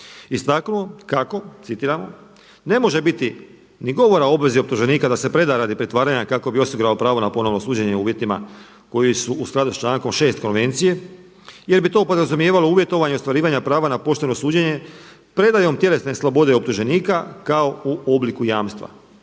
istaknu kako citiram „ne može biti ni govora o obvezi optuženika da se preda radi pritvaranja kako bi osigurao pravo na ponovno suđenje u uvjetima koji su u skladu s člankom 6. Konvencije jer bi to podrazumijevalo uvjetovanje ostvarivanja prava na pošteno suđenje predajom tjelesne slobode optuženika kao u obliku jamstva“.